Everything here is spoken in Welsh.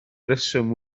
reswm